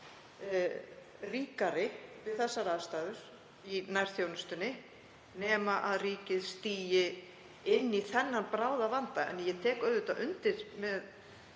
ríkari við þessar óvenjulegu aðstæður, í nærþjónustunni nema ríkið stígi inn í þennan bráðavanda. Ég tek auðvitað undir með